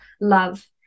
love